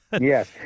Yes